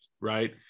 Right